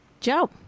joe